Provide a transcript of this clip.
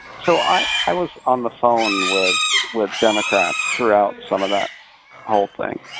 so i i was on the phone with with democrats throughout some of that whole thing,